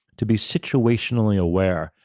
to be situationally aware,